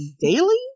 daily